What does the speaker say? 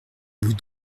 vous